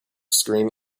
screen